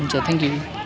हुन्छ थ्याङ्कयू